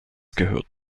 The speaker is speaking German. gehört